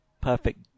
perfect